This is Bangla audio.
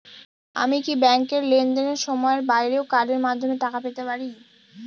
আমি কি ব্যাংকের লেনদেনের সময়ের বাইরেও কার্ডের মাধ্যমে টাকা পেতে পারি?